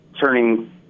turning